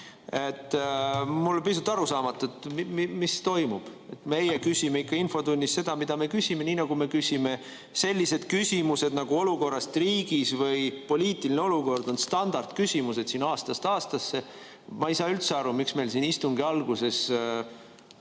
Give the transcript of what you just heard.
Mulle on pisut arusaamatu, mis toimub. Meie küsime ikka infotunnis seda, mida me küsime, nii nagu me küsime. Sellised küsimused nagu "Olukord riigis" või "Poliitiline olukord" on standardküsimused siin aastast aastasse. Ma ei saa üldse aru, miks meile siin istungi alguses,